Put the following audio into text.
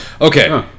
Okay